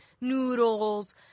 noodles